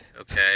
Okay